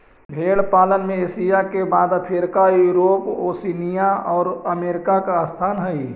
भेंड़ पालन में एशिया के बाद अफ्रीका, यूरोप, ओशिनिया और अमेरिका का स्थान हई